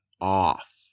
off